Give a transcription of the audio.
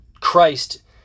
Christ